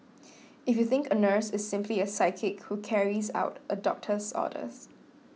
if you think a nurse is simply a sidekick who carries out a doctor's orders